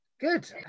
Good